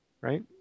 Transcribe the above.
right